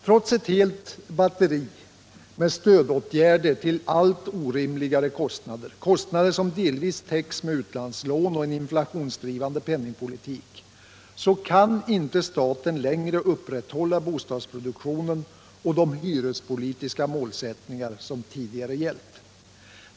Trots ett helt batteri med stödåtgärder till allt orimligare kostnader, kostnader som delvis täcks med utlandslån och en inflationsdrivande penningpolitik, kan inte staten längre upprätthålla bostadsproduktionen och de hyrespolitiska målsättningar som tidigare gällt.